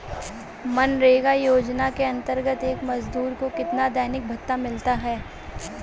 मनरेगा योजना के अंतर्गत एक मजदूर को कितना दैनिक भत्ता मिलता है?